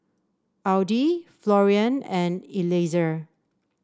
Audie Florian and Eliezer